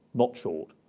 not short,